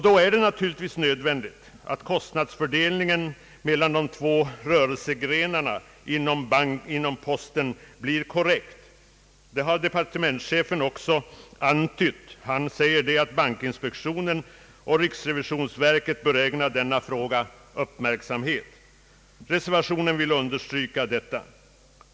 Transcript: Då är det naturligtvis nödvändigt att kostnadsfördelningen mellan de två rörelsegrenarna inom posten blir korrekt. Det har departementschefen också antytt. Han säger att bankinspektionen och riksrevisionsverket bör ägna denna fråga uppmärksamhet. Reservanterna vill understryka detta.